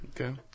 Okay